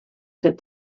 said